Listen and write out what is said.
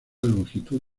longitud